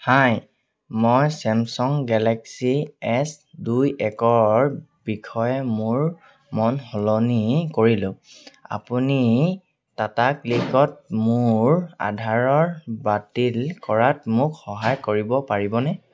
হাই মই Samsung Galaxy S দুই একৰ বিষয়ে মোৰ মন সলনি কৰিলোঁ আপুনি টাটা ক্লিকত মোৰ অৰ্ডাৰ বাতিল কৰাত মোক সহায় কৰিব পাৰিবনে